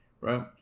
right